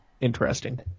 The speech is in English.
interesting